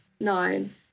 nine